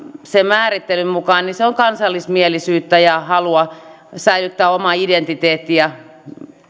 sen määrittelyn mukaan niin se on kansallismielisyyttä ja halua säilyttää oma identiteetti ja